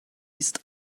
ist